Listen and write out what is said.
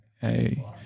Hey